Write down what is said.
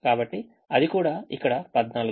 కాబట్టి అది కూడా ఇక్కడ 14